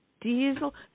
diesel